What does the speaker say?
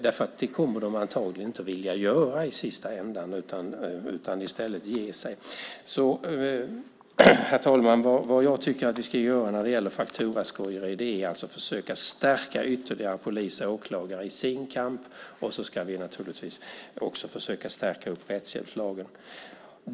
Det kommer de antagligen inte att vilja göra i slutändan, utan de kommer i stället att ge sig. Herr talman! Jag tycker att vi ska försöka stärka polis och åklagare ytterligare i deras kamp mot fakturaskojare, och dessutom ska vi naturligtvis försöka stärka upp rättshjälpslagen.